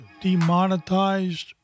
demonetized